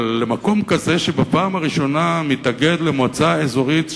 אבל למקום כזה שבפעם הראשונה מתאגד למועצה אזורית,